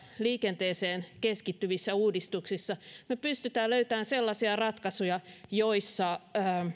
liikenteeseen keskittyvissä uudistuksissa me pystymme löytämään sellaisia ratkaisuja joissa